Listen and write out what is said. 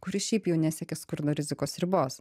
kuri šiaip jau nesiekia skurdo rizikos ribos